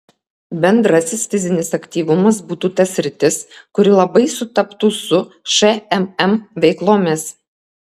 bendrasis fizinis aktyvumas būtų ta sritis kuri labai sutaptų su šmm veiklomis